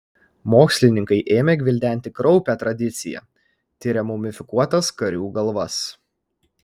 mokslininkai ėmė gvildenti kraupią tradiciją tiria mumifikuotas karių galvas